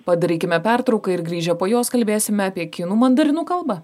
padarykime pertrauką ir grįžę po jos kalbėsime apie kinų mandarinų kalbą